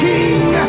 King